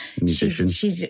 musician